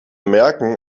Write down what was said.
merken